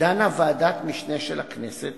דנה ועדת משנה של הכנסת